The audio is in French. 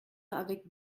avec